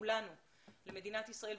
למדינת ישראל,